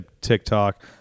TikTok